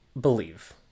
believe